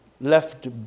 left